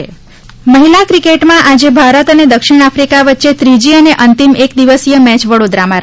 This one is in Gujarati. મહિલા ક્રિકેટ મહિલા ક્રિકેટમાં આજે ભારત અને દક્ષિણ આફ્રિકા વચ્ચે ત્રીજી અને અંતિમ એક દિવસીય મેય વડોદરામાં રમાશે